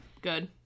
Good